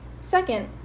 Second